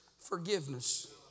forgiveness